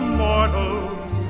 mortals